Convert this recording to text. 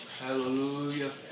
Hallelujah